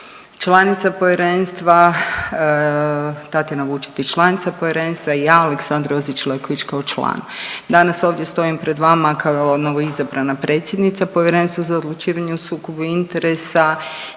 članica Povjerenstva, Tatjana Vučetić članica Povjerenstva i ja Aleksandra Jozić Ileković kao član. Danas ovdje stojim pred vama kao novoizabrana predsjednica Povjerenstva za odlučivanje o sukobu interesa